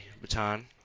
baton